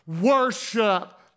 worship